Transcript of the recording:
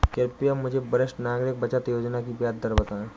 कृपया मुझे वरिष्ठ नागरिक बचत योजना की ब्याज दर बताएं?